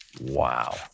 Wow